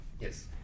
Yes